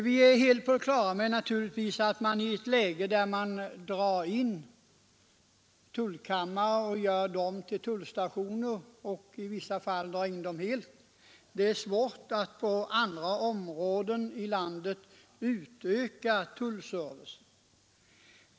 Vi är naturligtvis helt på det klara med att det i ett läge, där man drar in tullkammare och gör dem till tullstationer och i vissa fall drar in dem helt, är svårt att inom andra områden i landet utöka tullservicen.